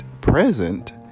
present